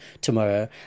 tomorrow